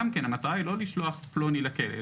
גם כן המטרה היא לא לשלוח פלוני לכלא,